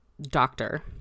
doctor